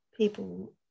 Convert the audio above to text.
people